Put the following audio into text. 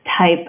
type